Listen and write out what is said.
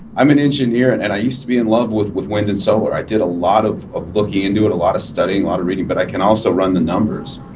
i'm an engineer, and and i used to be in love with with wind and solar. i did a lot of of looking and do it a lot of studying a lot of reading but i can also run the numbers.